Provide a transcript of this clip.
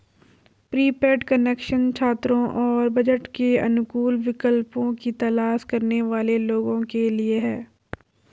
prepaid connection छात्रों और budget के अनुकूल विकल्पों की तलाश करने वाले लोगों के लिए है